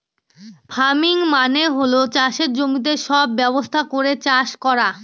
farming মানে হল চাষের জমিতে সব ব্যবস্থা করে চাষ করা